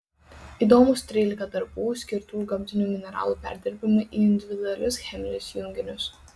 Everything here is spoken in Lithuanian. įdomūs trylika darbų skirtų gamtinių mineralų perdirbimui į individualius cheminius junginius